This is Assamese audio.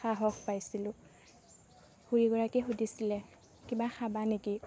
সাহস পাইছিলোঁ খুৰীগৰাকী সুধিছিলে কিবা খাবা নেকি